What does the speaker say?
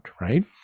right